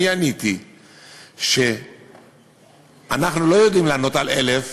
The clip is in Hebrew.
אני עניתי שאנחנו לא יודעים לענות על 1,000,